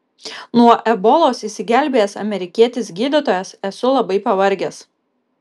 nuo ebolos išsigelbėjęs amerikietis gydytojas esu labai pavargęs